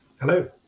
Hello